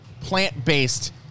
plant-based